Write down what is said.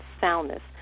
soundness